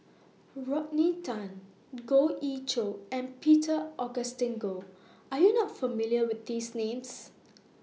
Rodney Tan Goh Ee Choo and Peter Augustine Goh Are YOU not familiar with These Names